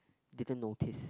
didn't notice